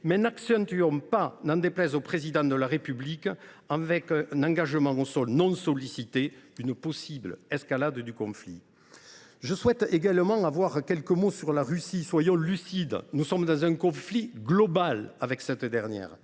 au soutien, mais, n’en déplaise au Président de la République, ne contribuons pas, un engagement au sol non sollicité, à une possible escalade du conflit. Je souhaite également avoir quelques mots sur la Russie. Soyons lucides ! Nous sommes dans un conflit global avec cette dernière.